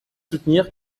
soutenir